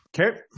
Okay